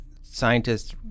scientists